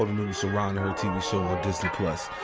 ah news surrounding her tv show on disney plus.